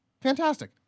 fantastic